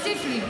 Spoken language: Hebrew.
הוא יוסיף לי.